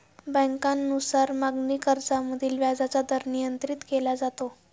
बँकांनुसार मागणी कर्जामधील व्याजाचा दर नियंत्रित केला जातो